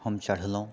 हम चढ़लहुँ